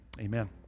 amen